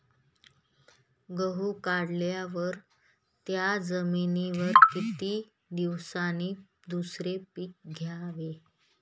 गहू काढल्यावर त्या जमिनीवर किती दिवसांनी दुसरे पीक घ्यावे?